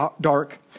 dark